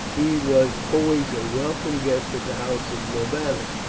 he was always a welcome guest at the house of norbanus,